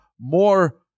more